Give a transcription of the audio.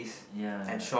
ya